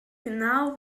genau